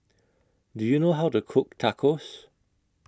Do YOU know How to Cook Tacos